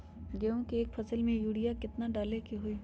गेंहू के एक फसल में यूरिया केतना डाले के होई?